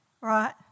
right